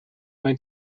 mijn